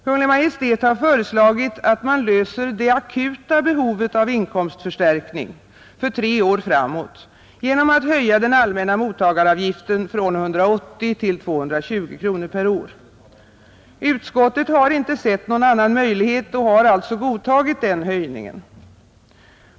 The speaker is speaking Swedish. Kungl. Maj:t har föreslagit att man löser det akuta behovet av inkomstförstärkning — för tre år framåt — genom att höja den allmänna mottagaravgiften från 180 till 220 kronor per år. Utskottet har inte sett någon annan möjlighet och har alltså godtagit denna höjning.